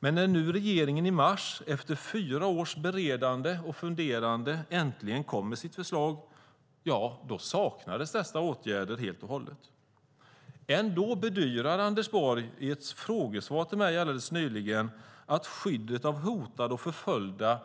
Men när regeringen i mars, efter fyra års beredande och funderande, äntligen kom med sitt förslag saknades dessa åtgärder helt och hållet. Ändå bedyrar Anders Borg i ett frågesvar till mig alldeles nyligen att skyddet av hotade och förföljda